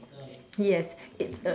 yes it's a